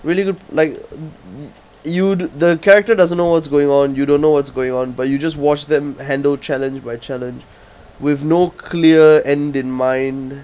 really like you the character doesn't know what's going on you don't know what's going on but you just watch them handle challenge by challenge with no clear end in mind